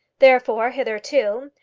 therefore, hitherto,